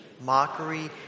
mockery